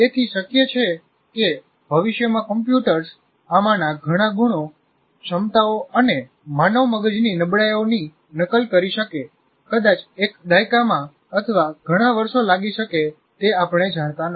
તેથી શક્ય છે કે ભવિષ્યમાં કમ્પ્યુટર્સ આમાંના ઘણા ગુણો ક્ષમતાઓ અને માનવ મગજની નબળાઈઓની નકલ કરી શકે કદાચ એક દાયકામાં અથવા ઘણા વર્ષો લાગી શકે તે આપણે જાણતા નથી